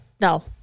No